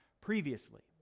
previously